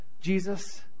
Jesus